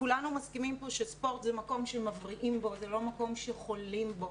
כולנו מסכימים פה שספורט זה מקום שמבריאים בו וזה לא מקום שחולים בו.